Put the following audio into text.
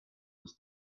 was